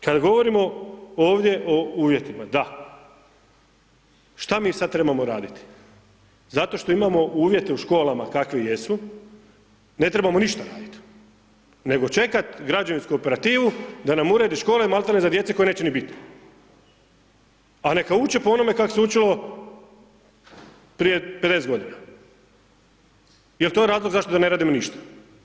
Kada govorimo ovdje o uvjetima, da, šta mi sada trebamo raditi, zato što imamo uvjete u školama kakve jesu ne trebamo ništa raditi nego čekati građevinsku operativu da nam uredi škole maltene za djecu koje neće ni biti a neka uče po onome kako se učilo prije 50 godina jer to je razlog zašto da n e radimo ništa.